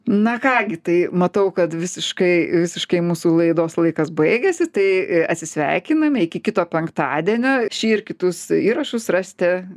na ką gi tai matau kad visiškai visiškai mūsų laidos laikas baigėsi tai atsisveikiname iki kito penktadienio šį ir kitus įrašus rasite